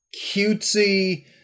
cutesy